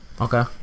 Okay